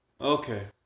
Okay